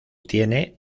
tiene